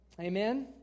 Amen